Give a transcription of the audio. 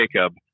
Jacob